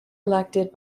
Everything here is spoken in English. elected